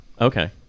Okay